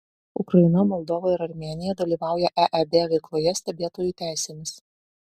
ukraina moldova ir armėnija dalyvauja eeb veikloje stebėtojų teisėmis